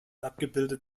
abgebildet